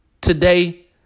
today